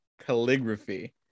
calligraphy